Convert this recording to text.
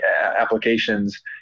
applications